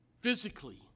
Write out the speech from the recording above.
physically